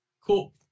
Cool